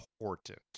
important